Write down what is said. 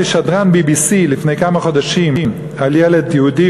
שדרן BBC לפני כמה חודשים על ילד יהודי,